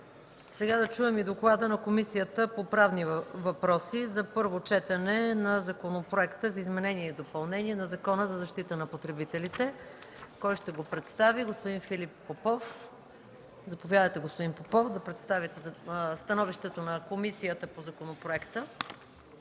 Сега да чуем доклада на Комисията по правни въпроси за първо четене на Законопроекта за изменение и допълнение на Закона за защита на потребителите. Кой ще го представи? Заповядайте, господин Попов, да представите становището на Комисията по правни